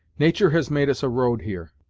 natur' has made us a road here,